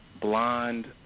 blonde